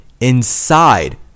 inside